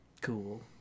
cool